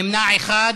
נמנע אחד.